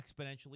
exponentially